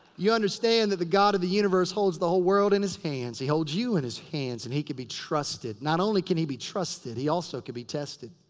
you understand that the god of the universe holds the whole world in his hands. he holds you in his hands and he can be trusted. not only can he be trusted. he also can be tested.